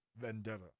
Vendetta